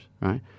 right